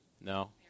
No